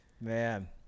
man